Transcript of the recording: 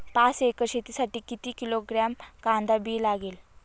पाच एकर शेतासाठी किती किलोग्रॅम कांदा बी लागेल?